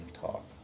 talk